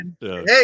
Hey